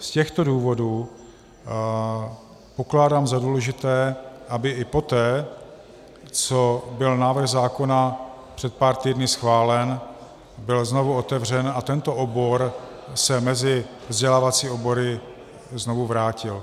Z těchto důvodů pokládám za důležité, aby i poté, co byl návrh zákona před pár týdny schválen, byl znovu otevřen a tento obor se mezi vzdělávací obory znovu vrátil.